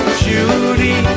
judy